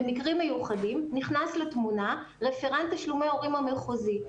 במקרים מיוחדים נכנס לתמונה רפרנט תשלומי הורים המחוזי,